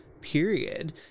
period